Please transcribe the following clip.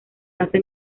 basa